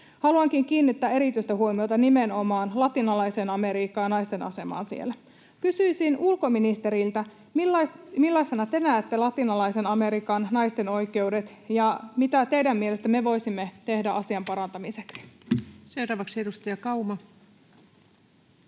Haluankin kiinnittää erityistä huomiota nimenomaan Latinalaiseen Amerikkaan ja naisten asemaan siellä. Kysyisin ulkoministeriltä: millaisena te näette Latinalaisen Amerikan naisten oikeudet, ja mitä teidän mielestänne me voisimme tehdä asian parantamiseksi? [Speech 719]